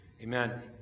Amen